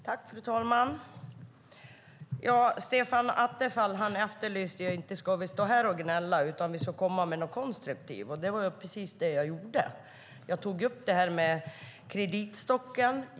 Fru talman! Stefan Attefall efterlyser att vi inte ska stå här och gnälla utan ska komma med något konstruktivt. Det var precis det jag gjorde. Jag tog upp detta med kreditstocken.